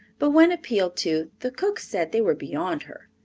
but when appealed to, the cook said they were beyond her,